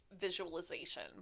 visualization